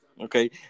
Okay